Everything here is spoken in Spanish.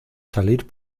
salir